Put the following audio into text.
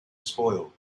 spoil